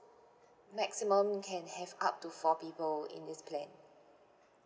maximum can have up to four people in this plan